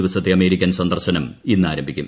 ദിവസത്തെ അമേരിക്കൻ സന്ദർശനം ഇന്ന് ആരംഭിക്കും